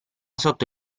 sotto